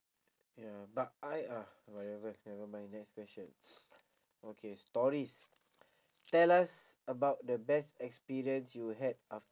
ya but I ah whatever nevermind next question okay stories tell us about the best experience you had af~